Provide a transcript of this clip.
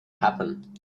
happen